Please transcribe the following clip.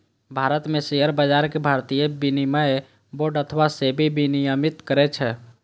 भारत मे शेयर बाजार कें भारतीय विनिमय बोर्ड अथवा सेबी विनियमित करै छै